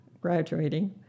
graduating